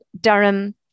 Durham